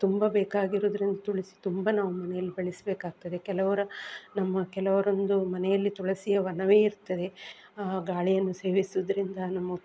ತುಂಬ ಬೇಕಾಗಿರುವುದ್ರಿಂದ ತುಳಸಿ ತುಂಬ ನಾವು ಮನೇಲ್ಲಿ ಬೆಳೆಸಬೇಕಾಗ್ತದೆ ಕೆಲವ್ರು ನಮ್ಮ ಕೆಲವರೊಂದು ಮನೆಯಲ್ಲಿ ತುಳಸಿಯ ವನವೇ ಇರ್ತದೆ ಆ ಗಾಳಿಯನ್ನು ಸೇವಿಸುವುದ್ರಿಂದ ನಮ್ಮ